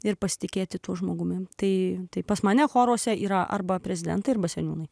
ir pasitikėti tuo žmogumi tai pas mane choruose yra arba prezidentai arba seniūnai